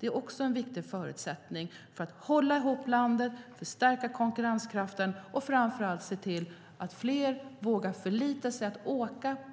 Det är också en viktig förutsättning för att hålla ihop landet, stärka konkurrenskraften och se till att fler vågar förlita sig